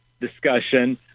discussion